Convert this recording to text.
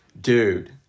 dude